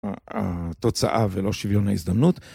התוצאה ולא שוויון ההזדמנות